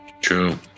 True